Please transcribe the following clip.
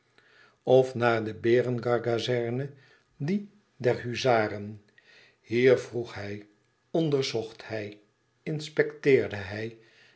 of naar de berengar kazerne die der huzaren hier vroeg hij onderzocht hij inspecteerde hij